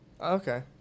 Okay